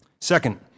Second